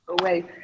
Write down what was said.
away